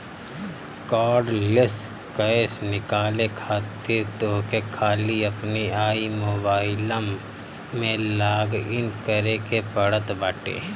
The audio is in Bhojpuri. कार्डलेस कैश निकाले खातिर तोहके खाली अपनी आई मोबाइलम में लॉगइन करे के पड़त बाटे